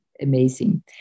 amazing